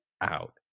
out